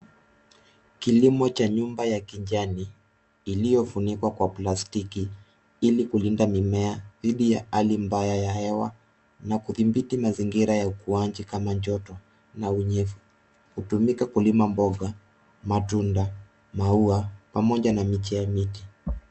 Kilimo cha nyumba ya kijani iliyofunikwa kwa plastiki ili kulinda mimea dhidi ya hali mbaya ya hewa, na kudhibithi mazingira ukuaji kama vile joto na unyevu. Hutumika kulima mboga, matunda, maua pamoja na miche ya miti.